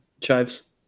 chives